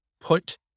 put